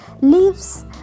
leaves